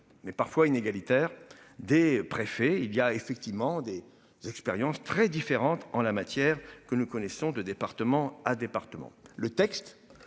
mais parfois inégalitaire des préfets. Il y a effectivement des des expériences très différentes en la matière que nous connaissons de département à département le texte.